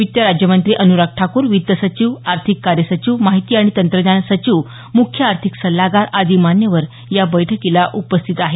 वित्त राज्यमंत्री अनुराग ठाकूर वित्त सचिव आर्थिक कार्य सचिव माहिती आणि तंत्रज्ञान सचिव मुख्य आर्थिक सल्लागार आदी मान्यवर या बैठकीला उपस्थित आहेत